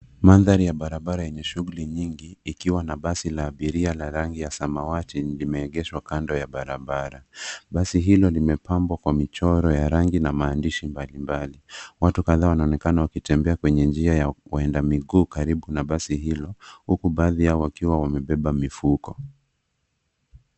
Mandhari ya barabara yenye shughuli nyingi, ikiwa na basi la abiria la rangi ya samawati limeegeshwa kando ya barabara. Basi hilo limepambwa kwa michoro ya rangi na maandishi mbalimbali. Watu kadhaa wanaonekana wakitembea kwenye njia ya waenda miguu karibu na basi hilo huku baadhi yao wakiwa wamebeba mifuko.